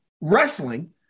wrestling